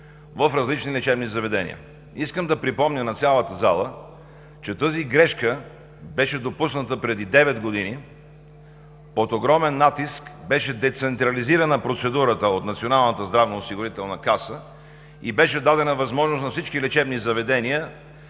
в различни лечебни заведения. Искам да припомня на цялата зала, че тази грешка беше допусната преди девет години. Под огромен натиск беше децентрализирана процедурата от Националната здравноосигурителна каса и беше дадена възможност на всички лечебни заведения